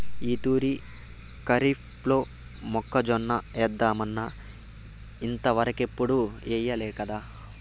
ఈ తూరి కరీఫ్లో మొక్కజొన్న ఏద్దామన్నా ఇంతవరకెప్పుడూ ఎయ్యలేకదా